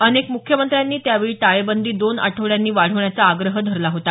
अनेक मुख्यमंत्र्यांनी त्यावेळी टाळेबंदी दोन आठवड्यांनी वाढवण्याचा आग्रह धरला होता